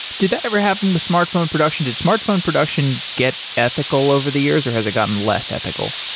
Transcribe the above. did that ever happen with smartphone production? did smartphone production get ethical over the years, or has it gotten less ethical?